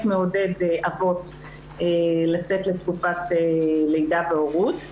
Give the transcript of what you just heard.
מעודד אבות לצאת לתקופת לידה והורות.